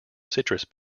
citrus